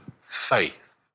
faith